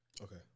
Okay